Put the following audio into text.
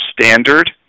Standard